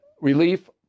relief